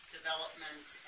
development